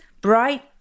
bright